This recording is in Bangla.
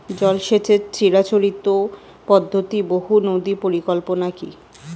জল সেচের চিরাচরিত পদ্ধতি বহু নদী পরিকল্পনা কি?